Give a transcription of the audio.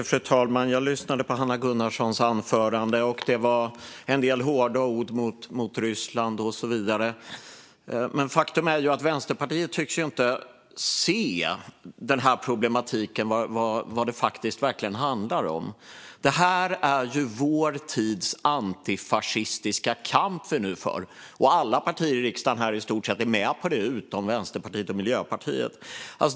Fru talman! Jag lyssnade på Hanna Gunnarssons anförande. Det var en del hårda ord mot Ryssland och så vidare, men faktum är att Vänsterpartiet inte tycks se vilken problematik det faktiskt handlar om: Det är ju vår tids antifascistiska kamp som vi för nu. I stort sett alla partier i riksdagen är med på det, förutom Vänsterpartiet och Miljöpartiet.